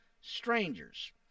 strangers